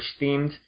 themed